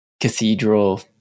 cathedral